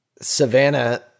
Savannah